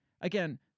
Again